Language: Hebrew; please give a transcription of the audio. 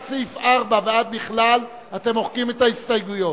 עד סעיף 4 ועד בכלל אתם מוחקים את ההסתייגויות.